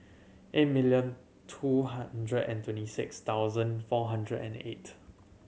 eight million two hundred and twenty six thousand four hundred and eight